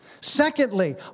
Secondly